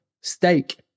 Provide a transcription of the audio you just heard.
Steak